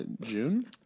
June